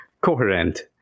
coherent